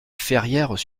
ferrières